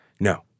No